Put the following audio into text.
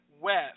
West